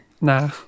Nah